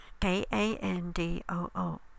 K-A-N-D-O-O